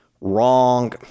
Wrong